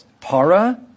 Para